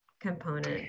component